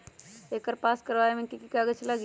एकर पास करवावे मे की की कागज लगी?